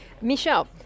Michelle